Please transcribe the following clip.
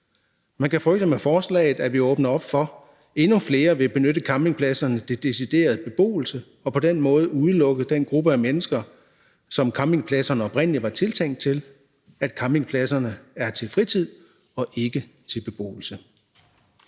Man kan frygte, at vi med forslaget åbner op for, at endnu flere vil benytte campingpladser til decideret beboelse og på den måde udelukke den gruppe af mennesker, som campingpladserne oprindelig var tiltænkt, for campingpladserne er til fritid og ikke til beboelse.